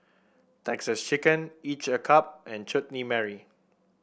Texas Chicken each a cup and Chutney Mary